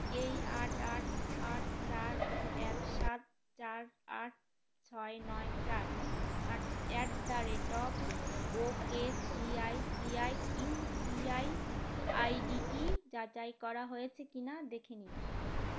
এই আট আট আট চার এক সাত চার আট ছয় নয় চার আ at the rate of ok C I C I U P I I D T যাচাই করা হয়েছে কি না দেখে নিন